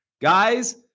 Guys